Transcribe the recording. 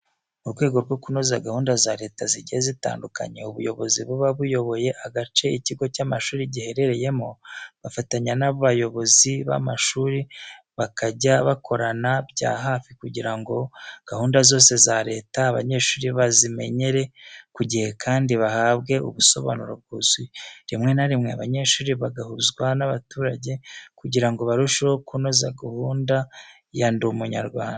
Mu rwego rwo kunoza gahunda za Leta zigiye zitandukanye, ubuyobozi buba buyoboye agace ikigo cy'amashuri giherereyemo bafatanya n'abayobozi b'abanyeshuri bakajya bakorana bya hafi kugira ngo gahunda zose za Leta abanyeshuri bazimenyere ku gihe kandi bahabwe ubusobanuro bwuzuye. Rimwe na rimwe abanyeshuri bagahuzwa n'abaturage kugira ngo barusheho kunoza gahunda ya Ndi Umunyarwanda.